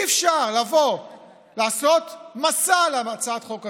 אי-אפשר לעשות מסע על הצעת החוק הזאת,